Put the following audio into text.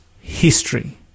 history